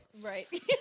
Right